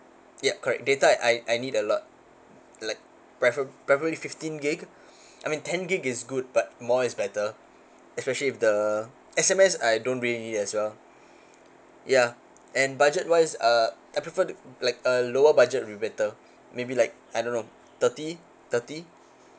ya correct data I I I need a lot like preferably preferably fifteen gig I mean ten gig is good but more is better especially with the S_M_S I don't really need as well ya and budget wise uh I prefer to like a lower budget will be better maybe like I don't know thirty thirty